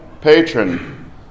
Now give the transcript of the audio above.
patron